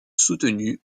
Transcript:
soutenu